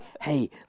hey